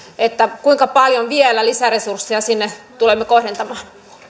kuinka paljon vielä lisäresursseja sinne tulemme kohdentamaan